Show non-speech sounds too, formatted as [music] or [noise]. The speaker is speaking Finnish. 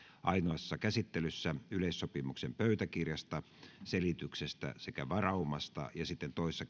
ainoassa käsittelyssä yleissopimuksen pöytäkirjasta selityksestä sekä varaumasta ja sitten toisessa [unintelligible]